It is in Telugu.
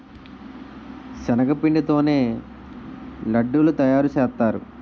శనగపిండి తోనే లడ్డూలు తయారుసేత్తారు